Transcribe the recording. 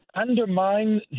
undermine